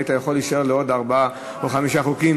היית יכול להישאר לעוד ארבעה או חמישה חוקים.